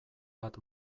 bat